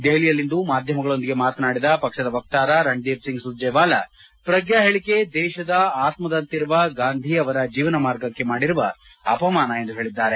ದೆಹಲಿಯಲ್ಲಿಂದು ಮಾಧ್ಯಮಗಳೊಂದಿಗೆ ಮಾತನಾಡಿದ ಪಕ್ಷದ ವಕ್ಷಾರ ರಣದೀಪ್ ಸಿಂಗ್ ಸುರ್ಜೇವಾಲಾ ಪ್ರಗ್ನಾ ಹೇಳಿಕೆ ದೇಶದ ಆತ್ಮದಂತಿರುವ ಗಾಂಧಿ ಅವರ ಜೀವನ ಮಾರ್ಗಕ್ಕೆ ಮಾಡಿರುವ ಅಪಮಾನ ಎಂದು ಹೇಳಿದ್ದಾರೆ